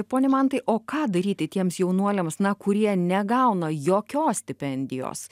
pone mantai o ką daryti tiems jaunuoliams na kurie negauna jokios stipendijos